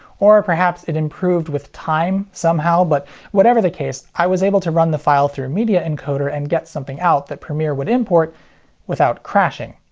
or perhaps it improved with time somehow, but whatever the case, i was able to run the file through media encoder and get something out that premiere would import without crashing.